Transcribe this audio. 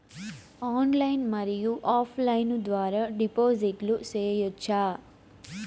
Online మరియు offline ద్వారా డిపాజిట్లు సేయొచ్చా?